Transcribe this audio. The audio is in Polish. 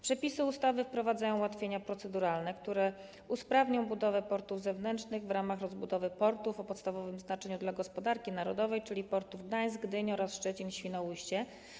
Przepisy ustawy wprowadzają ułatwienia proceduralne, które usprawnią budowę portów zewnętrznych w ramach rozbudowy portów o podstawowym znaczeniu dla gospodarki narodowej, czyli portów Gdańsk, Gdynia oraz Szczecin i Świnoujście.